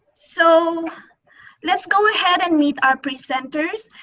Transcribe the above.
so let's go ahead and meet our presenters.